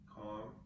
calm